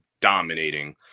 dominating